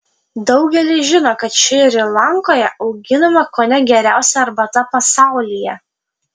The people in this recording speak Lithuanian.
daugelis žino kad šri lankoje auginama kone geriausia arbata pasaulyje